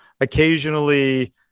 Occasionally